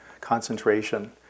concentration